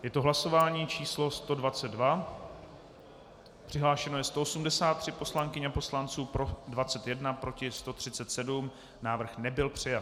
Je to hlasování číslo 122, přihlášeno je 183 poslankyň a poslanců, pro 21, proti 137, návrh nebyl přijat.